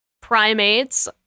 primates